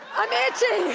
i'm itching!